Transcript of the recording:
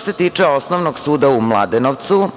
se tiče Osnovog suda u Mladenovcu